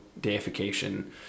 deification